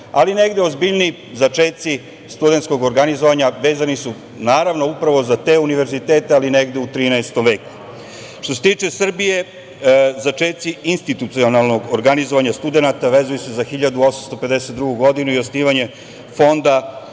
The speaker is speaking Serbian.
ali negde ozbiljniji začeci studentskog organizovanja vezani su naravno upravo za te univerzitete, ali negde u XIII veku. Što se tiče Srbije, začeci institucionalnog organizovanja studenata vezuju se za 1852. godinu i osnivanje Fonda